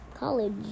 College